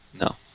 No